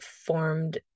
formed